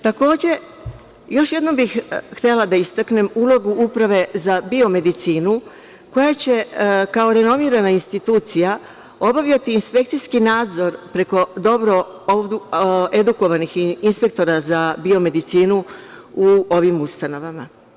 Takođe, još jednom bih htela da istaknem ulogu Uprave za biomedicinu, koja će kao renomirana institucija obavljati inspekcijski nadzor preko dobro edukovanih inspektora za biomedicinu u ovim ustanovama.